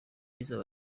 izaba